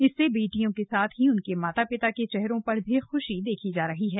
इससे बेटियों के साथ ही उनके माता पिता के चेहरों पर भी ख्शी देखी जा रही है